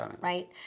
right